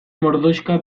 mordoxka